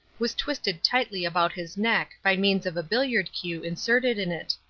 was twisted tightly about his neck by means of a billiard cue inserted in it.